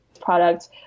product